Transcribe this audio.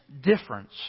difference